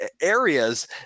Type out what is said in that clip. areas